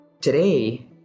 today